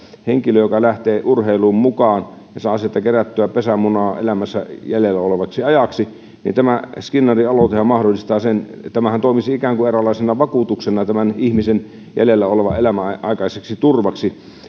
jos henkilö lähtee urheiluun mukaan ja saa sieltä kerättyä pesämunaa elämänsä jäljellä olevaksi ajaksi niin tämä skinnarin aloitehan mahdollistaa sen tämä toimisi ikään kuin eräänlaisena vakuutuksena tämän ihmisen jäljellä olevan elämän aikaiseksi turvaksi